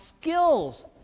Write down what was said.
skills